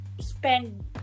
spend